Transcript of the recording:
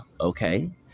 okay